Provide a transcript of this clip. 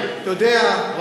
מהורוביץ?